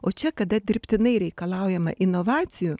o čia kada dirbtinai reikalaujama inovacijų